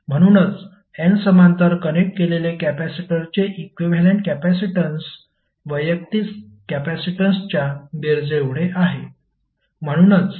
म्हणूनच n समांतर connect केलेले कॅपेसिटरचे इक्विव्हॅलेंट कपॅसिटन्स वैयक्तिक कॅपेसिटीन्सच्या बेरजेएवढे आहे